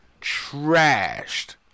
Trashed